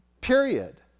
Period